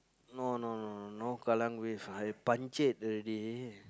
no no no no no Kallang-Wave I punchek already